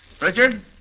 Richard